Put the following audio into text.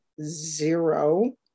zero